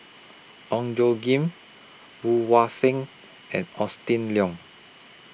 Ong Tjoe Kim Woon Wah Siang and Austen Lian